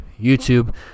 YouTube